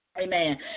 Amen